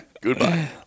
Goodbye